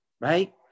Right